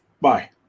bye